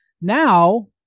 Now